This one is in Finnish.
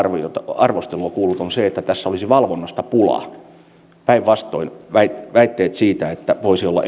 arvostelua kuullut on se että tässä olisi valvonnasta pula päinvastoin väitteitä siitä että voisi olla